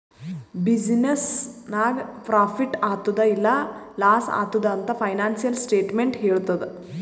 business ನಾಗ್ profit ಆತ್ತುದ್ ಇಲ್ಲಾ ಲಾಸ್ ಆತ್ತುದ್ ಅಂತ್ ಫೈನಾನ್ಸಿಯಲ್ ಸ್ಟೇಟ್ಮೆಂಟ್ ಹೆಳ್ತುದ್